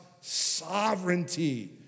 sovereignty